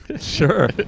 Sure